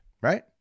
Right